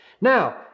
Now